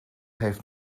heeft